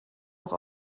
auch